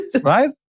right